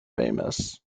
famous